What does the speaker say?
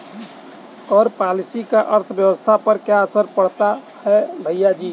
कर पॉलिसी का अर्थव्यवस्था पर क्या असर पड़ता है, भैयाजी?